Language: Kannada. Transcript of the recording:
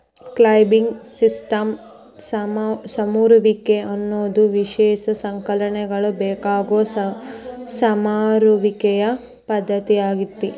ಕ್ಲೈಂಬಿಂಗ್ ಸಿಸ್ಟಮ್ಸ್ ಸಮರುವಿಕೆ ಅನ್ನೋದು ವಿಶೇಷ ಸಲಕರಣೆಗಳ ಬೇಕಾಗೋ ಸಮರುವಿಕೆಯ ಪದ್ದತಿಯಾಗೇತಿ